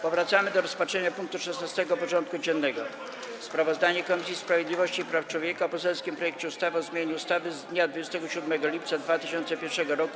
Powracamy do rozpatrzenia punktu 16. porządku dziennego: Sprawozdanie Komisji Sprawiedliwości i Praw Człowieka o poselskim projekcie ustawy o zmianie ustawy z dnia 27 lipca 2001 r.